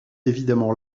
évidemment